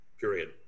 period